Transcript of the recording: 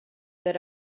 that